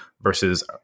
versus